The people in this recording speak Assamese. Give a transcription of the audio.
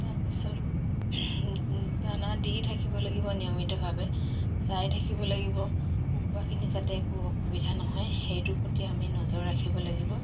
তাৰপিছত দানা দি থাকিব লাগিব নিয়মিতভাৱে চাই থাকিব লাগিব কুকুৰাখিনি যাতে একো অসুবিধা নহয় সেইটোৰ প্ৰতি আমি নজৰ ৰাখিব লাগিব